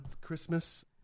Christmas